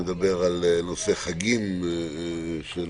שמדברת על נושא חגים של